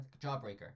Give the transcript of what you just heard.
jawbreaker